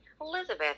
Elizabeth